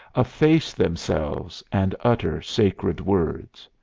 efface themselves, and utter sacred words.